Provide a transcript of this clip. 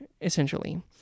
essentially